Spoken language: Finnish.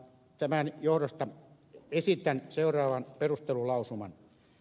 tämän johdosta esitän seuraavan perustelulausuman